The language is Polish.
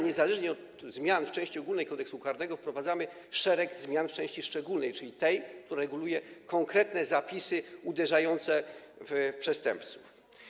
Niezależnie od zmian w części ogólnej Kodeksu karnego wprowadzamy też szereg zmian w części szczególnej, czyli tej, która reguluje konkretne zapisy uderzające w przestępców.